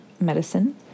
medicine